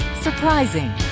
Surprising